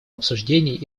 обсуждений